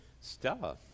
Stella